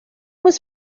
was